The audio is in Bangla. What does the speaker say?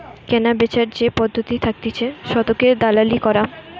কেনাবেচার যে পদ্ধতি থাকতিছে শতকের দালালি করা